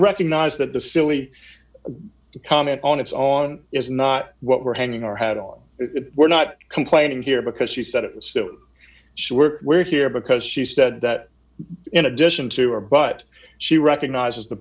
recognize that the silly comment on it's on is not what we're hanging our hat on it we're not complaining here because she said it sure we're here because she said that in addition to her but she recognizes the